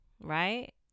right